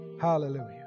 Hallelujah